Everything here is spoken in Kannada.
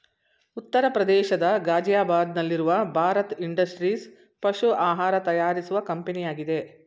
ಉತ್ತರ ಪ್ರದೇಶದ ಗಾಜಿಯಾಬಾದ್ ನಲ್ಲಿರುವ ಭಾರತ್ ಇಂಡಸ್ಟ್ರೀಸ್ ಪಶು ಆಹಾರ ತಯಾರಿಸುವ ಕಂಪನಿಯಾಗಿದೆ